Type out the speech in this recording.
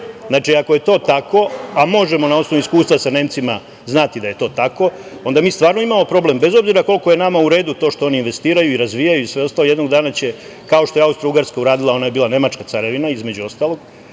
ako je to tako, a možemo na osnovu iskustva sa Nemcima znati da je to tako, onda mi stvarno imamo problem, bez obzira koliko je nama u redu to što oni investiraju i razvijaju i sve ostalo. Jednog dana će, kao što je Austrougarska uradila. Ona je bila nemačka carevina, između ostalog